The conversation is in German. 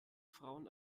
frauen